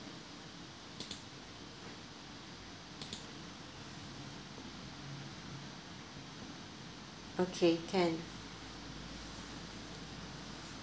okay can